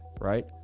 Right